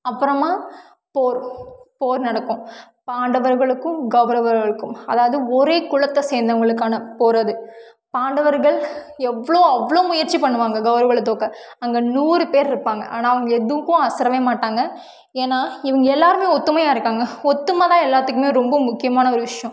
அப்புறமா போர் போர் நடக்கும் பாண்டவர்களுக்கும் கௌவர்களுக்கும் அதாவது ஒரே குலத்தை சேர்ந்தவங்களுக்கான போர் அது பாண்டவர்கள் எவ்வளோ அவ்வளோ முயற்சி பண்ணுவாங்க கௌரவர்கள தோற்க அங்கே நூறு பேரு இருப்பாங்க ஆனால் அவங்க எதுக்கும் அசரவே மாட்டாங்க ஏன்னால் இவங்க எல்லோருமே ஒற்றுமையா இருக்காங்க ஒத்துமை தான் எல்லாத்துக்குமே ரொம்ப முக்கியமான ஒரு விஷயம்